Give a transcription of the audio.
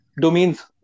domains